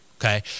Okay